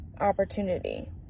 opportunity